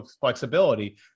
flexibility